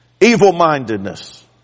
evil-mindedness